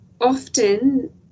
often